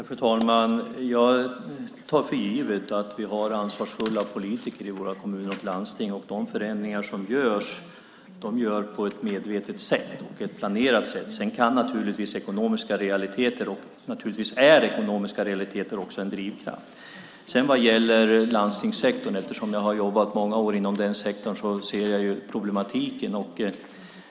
Fru talman! Jag tar för givet att vi har ansvarsfulla politiker i kommuner och landsting. De förändringar som görs sker på ett medvetet och planerat sätt. Sedan är naturligtvis ekonomiska realiteter också en drivkraft. Jag har jobbat många år inom landstingssektorn, och jag ser problematiken.